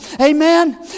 Amen